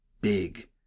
big